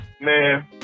man